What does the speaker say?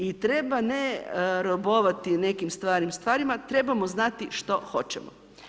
I treba ne robovati nekim starim stvarima, trebamo znati što hoćemo.